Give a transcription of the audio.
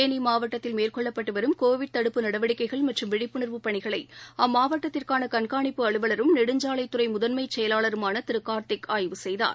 தேனிமாவட்டத்தில் மேற்கொள்ளப்பட்டுவரும் கோவிட் தடுப்பு நடவடிக்கைகள் மற்றம் விழிப்புனர்வு பணிகளைஅம்மாவட்டத்திற்கானகண்காணிப்பு அலுவலரும் நெடுஞ்சாலைத்துறைமுதன்ற மச் செயலாளருமானதிருகார்த்திக் ஆய்வு செய்துள்ளார்